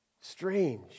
strange